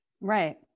Right